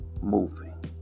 moving